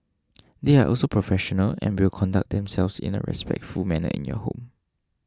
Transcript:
they are also professional and will conduct themselves in a respectful manner in your home